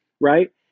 right